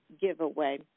giveaway